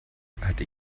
hatte